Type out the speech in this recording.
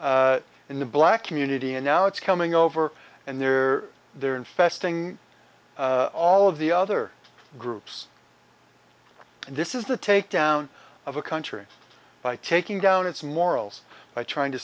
come in the black community and now it's coming over and they're they're infesting all of the other groups and this is the take down of a country by taking down its morals by trying to